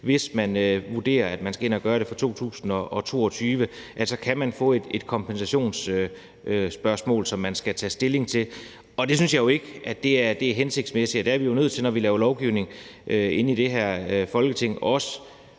hvis man vurderer, at man skal ind at gøre det for 2022, et kompensationsspørgsmål, som man skal tage stilling til. Og det synes jeg jo ikke er hensigtsmæssigt, og når vi laver lovgivning i det her Folketing, er